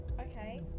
okay